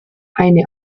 eine